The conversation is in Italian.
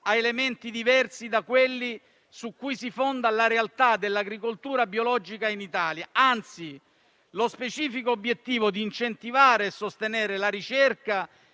a elementi diversi da quelli su cui si fonda la realtà dell'agricoltura biologica in Italia. Anzi, lo specifico obiettivo di incentivare e sostenere la ricerca